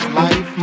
life